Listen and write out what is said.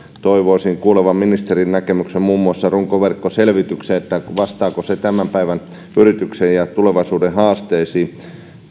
toivoisin kuulevani ministerin näkemyksen muun muassa runkoverkkoselvityksestä vastaako se tämän päivän yrityksien tarpeisiin ja tulevaisuuden haasteisiin